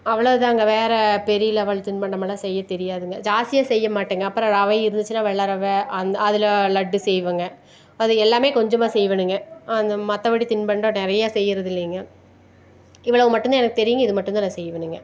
அவ்வளோதாங்க வேற பெரிய லெவல் தின்பண்டமெல்லாம் செய்ய தெரியாதுங்க ஜாஸ்தியாக செய்யமாட்டேங்க அப்புறம் ரவை இருந்துச்சினால் வெள்ளை ரவை அந்த அதில் லட்டு செய்வேங்க அது எல்லாமே கொஞ்சமாக செய்வேனுங்க அந்த மற்றபடி தின்பண்டம் நிறைய செய்கிறதில்லைங்க இவ்வளோ மட்டுந்தான் எனக்கு தெரியுங்க இதை மட்டுந்தான் நான் செய்வேனுங்க